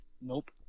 Nope